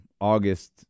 August